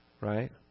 right